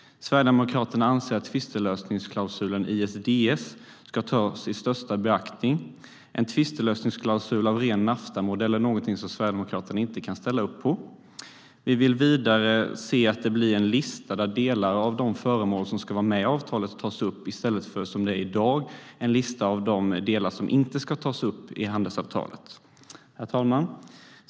Sverigedemokraterna anser att tvistelösningsklausulen ISDS ska tas i största beaktande. En tvistelösningsklausul av ren Naftamodell är något som Sverigedemokraterna inte kan ställa sig bakom. Vi vill vidare se att det blir en lista där de delar som ska bli föremål för avtalet tas upp i stället för som i dag - en lista med de delar som inte ska tas upp i handelsavtalet. Herr talman!